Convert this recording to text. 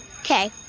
Okay